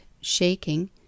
shaking